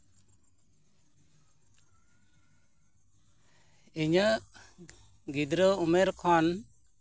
ᱤᱧᱟᱹᱜ ᱜᱤᱫᱽᱨᱟᱹ ᱩᱢᱮᱨ ᱠᱷᱚᱱ